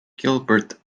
gilbert